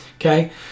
okay